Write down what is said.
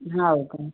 हो का